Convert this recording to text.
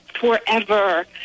forever